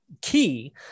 key